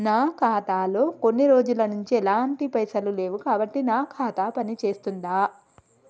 నా ఖాతా లో కొన్ని రోజుల నుంచి ఎలాంటి పైసలు లేవు కాబట్టి నా ఖాతా పని చేస్తుందా?